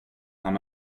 han